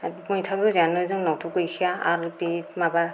मैथा गोजायानो जोंनाव गैखाया आरो बे माबा